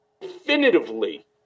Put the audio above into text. definitively